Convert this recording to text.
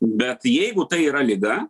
bet jeigu tai yra liga